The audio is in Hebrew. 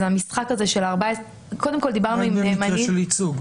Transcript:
אז המשחק הזה של -- דיברנו עם נאמנים --- רק במקרה של ייצוג.